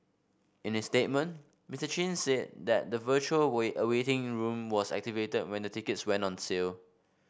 in his statement Mister Chin said that the virtual wait a waiting room was activated when the tickets went on sale